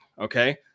Okay